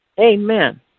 Amen